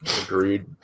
Agreed